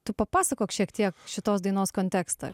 tu papasakok šiek tiek šitos dainos kontekstą